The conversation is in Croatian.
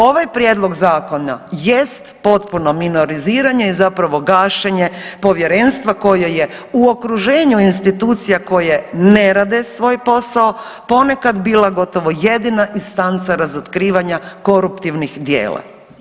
Ovaj Prijedlog zakona jest potpuno minoriziranje i zapravo gašenje Povjerenstva koje je u okruženju institucija koje ne rade svoj posao ponekad bila gotovo jedina instanca razotkrivanja koruptivnih djela.